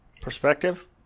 Perspective